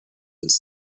its